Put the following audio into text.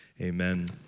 Amen